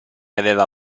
aveva